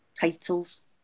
titles